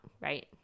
right